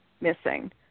missing